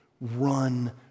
run